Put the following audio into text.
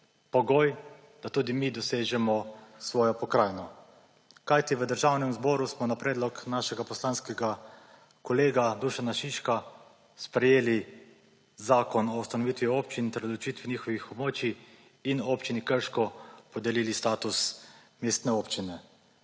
pogoj da tudi mi dosežemo svojo pokrajino. Kajti v Državnem zboru smo na predlog našega poslanskega kolega Dušana Šiška sprejeli Zakon o ustanoviti občin ter o določitvi njihovih območij in Občini Krško podelili status mestne občine.